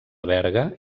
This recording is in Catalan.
berga